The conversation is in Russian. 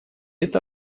это